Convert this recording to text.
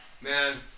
Man